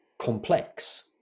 complex